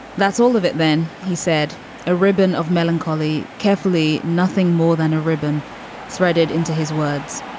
that's all of it. then he said ah ribbon of melancholy. carefully. nothing more than a ribbon threaded into his words.